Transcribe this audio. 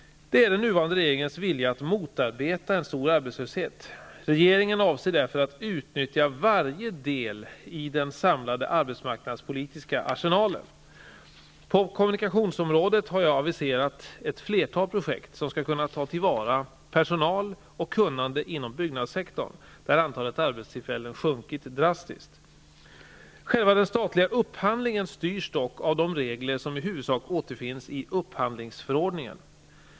Det är den nuvarande regeringens vilja att motarbeta en stor arbetslöshet. Regeringen avser därför att utnyttja varje del i den samlade arbetsmarknadspolitiska arsenalen. På kommunikationsområdet har jag aviserat ett flertal projekt som skall kunna ta till vara personal och kunnande inom byggnadssektorn, där antalet arbetstillfällen har sjunkit drastiskt. Själva den statliga upphandlingen styrs dock av de regler som i huvudsak återfinns i upphandlingsförordningen.